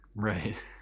Right